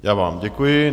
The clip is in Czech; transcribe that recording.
Já vám děkuji.